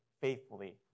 faithfully